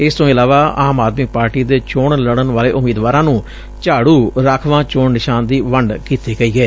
ਇਸ ਤੋਂ ਇਲਾਵਾ ਆਮ ਆਦਮੀ ਪਾਰਟੀ ਦੇ ਚੋਣ ਲੜਨ ਵਾਲੇ ਉਮੀਦਵਾਰਾਂ ਨੂੰ ਝਾੜ ਰਾਖਵਾਂ ਚੋਣ ਨਿਸ਼ਾਨ ਦੀ ਵੰਡ ਕੀਤੀ ਗਈ ਏ